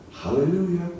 Hallelujah